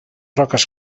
roques